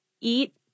eat